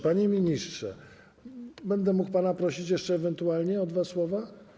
Panie ministrze, będę mógł pana prosić jeszcze ewentualnie o dwa słowa?